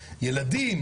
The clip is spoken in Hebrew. ילדים,